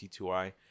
T2i